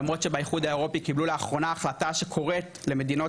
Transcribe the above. למרות שבאיחוד האירופי קיבלו לאחרונה החלטה שקוראת למדינות